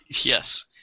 yes